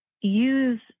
use